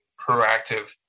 proactive